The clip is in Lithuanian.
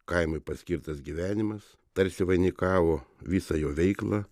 kaimui paskirtas gyvenimas tarsi vainikavo visą jo veiklą